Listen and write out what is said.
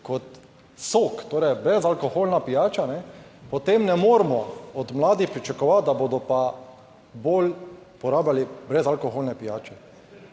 kot sok, torej, brezalkoholna pijača. Potem ne moremo od mladih pričakovati, da bodo pa bolj porabljali brezalkoholne pijače